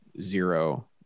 zero